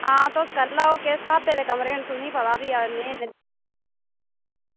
आं तुस करी लैओ किस स्हाबै दे कमरे न ते तुसें ई पता भी में